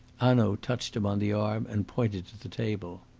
hanaud touched him on the arm and pointed to the table.